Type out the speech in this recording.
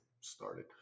started